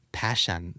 passion